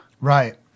Right